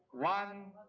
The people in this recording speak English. one